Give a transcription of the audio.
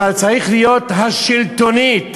אבל צריך להיות: השלטונית,